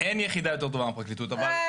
אין יחידה יותר טובה מהפרקליטות -- אה,